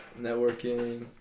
networking